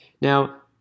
Now